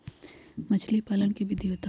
मछली पालन के विधि बताऊँ?